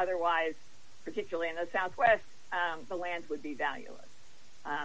otherwise particularly in the southwest the land would be valueless